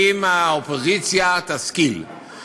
באנו ריקים, יצאנו ריקים.